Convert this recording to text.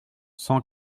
cent